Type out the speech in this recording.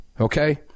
Okay